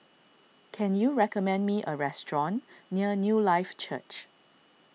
can you recommend me a restaurant near Newlife Church